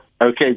Okay